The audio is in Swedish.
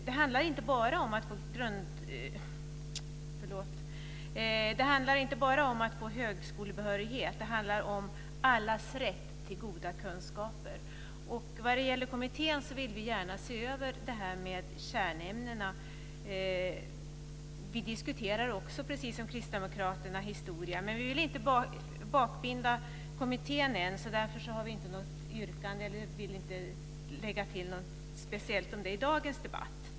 Det handlar inte bara om att få högskolebehörighet, utan det handlar om allas rätt till goda kunskaper. Vad gäller kommitténs arbete vill vi gärna se över frågan om kärnämnena. Vi diskuterar också, precis som kristdemokraterna, historia, men vi vill inte bakbinda kommittén. Därför har vi inte något särskilt yrkande till dagens debatt.